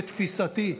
לתפיסתי,